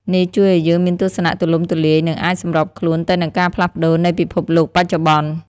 នេះជួយឱ្យយើងមានទស្សនៈទូលំទូលាយ និងអាចសម្របខ្លួនទៅនឹងការផ្លាស់ប្តូរនៃពិភពលោកបច្ចុប្បន្ន។